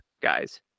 guys